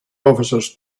officers